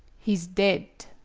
he s dead.